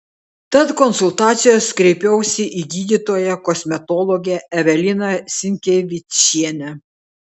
tad konsultacijos kreipiausi į gydytoją kosmetologę eveliną sinkevičienę